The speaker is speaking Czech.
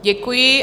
Děkuji.